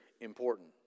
important